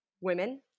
women